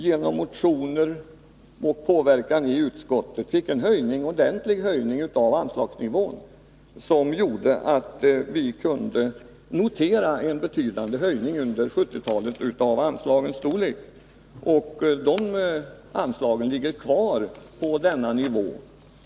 Genom motioner och påverkan i utskott fick vi till stånd en ordentlig höjning av anslagsnivån, och det gjorde att vi kunde notera en betydande höjning av anslagens storlek under 1970-talet. Anslagen ligger kvar på samma nivå.